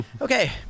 Okay